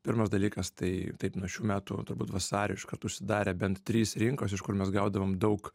pirmas dalykas tai taip nuo šių metų turbūt vasarį iškart užsidarė bent trys rinkos iš kur mes gaudavome daug